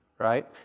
right